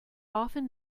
often